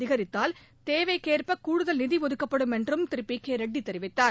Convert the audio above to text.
அதிகரித்தால் தேவைக்கேற்ப கூடுதல் நிதி ஒதுக்கப்படும் என்றும் திரு பி கே ரெட்டி தெரிவித்தார்